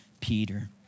Peter